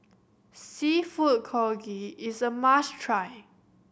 Seafood Congee is a must try